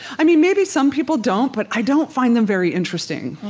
i mean, maybe some people don't, but i don't find them very interesting